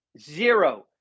zero